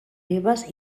ribes